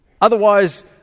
Otherwise